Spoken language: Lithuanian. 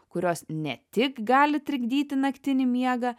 kurios ne tik gali trikdyti naktinį miegą